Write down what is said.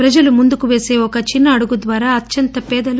ప్రజలు ముందుకి పేసీ ఒక చిన్న అడుగు ద్వారా అత్యంత పేదలు